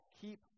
keep